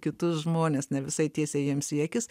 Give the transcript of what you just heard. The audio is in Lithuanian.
kitus žmones ne visai tiesiai jiems į akis